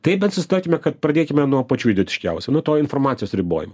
tai bent susitarkime kad pradėkime nuo pačių idiotiškiausių nuo to informacijos ribojimo